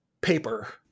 paper